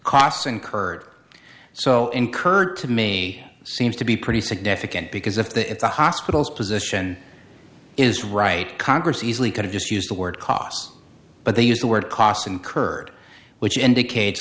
ts incurred so incurred to me seems to be pretty significant because if the if the hospital's position is right congress easily could've just used the word cost but they used the word costs incurred which indicates